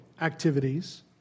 activities